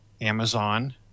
Amazon